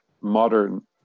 modern